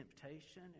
temptation